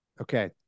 Okay